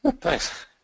Thanks